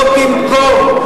לא בִּמְקום,